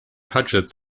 puget